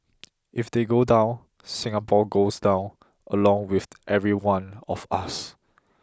if they go down Singapore goes down along with every one of us